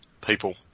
people